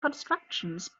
constructions